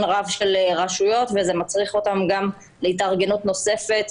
רב של רשויות וזה מצריך אותן גם להתארגנות נוספת,